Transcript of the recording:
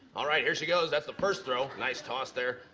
all right. here she goes. that's the first throw. nice toss there.